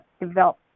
develop